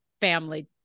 family